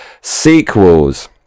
sequels